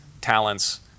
talents